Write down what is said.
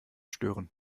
stören